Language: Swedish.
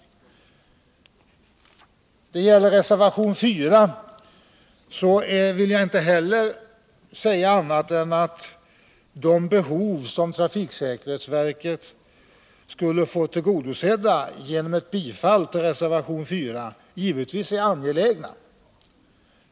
Jag vill vidare när det gäller reservation 4 inte säga annat än att de behov som trafiksäkerhetsverket skulle få tillgodosedda genom ett bifall till denna reservation är angelägna.